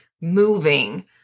moving